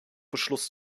beschluss